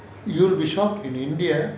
you'll be shocked in india